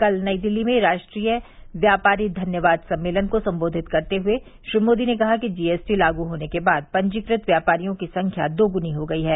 कल नई दिल्ली में राष्ट्रीय व्यापारी धन्यवाद सम्मेलन को संबोधित करते हुए श्री मोदी ने कहा कि जीएसटी लागू होने के बाद पंजीकृत व्यापारियों की संख्या दोगुनी हो गई है